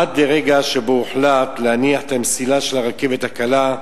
עד לרגע שבו הוחלט להניח את המסילה של הרכבת הקלה,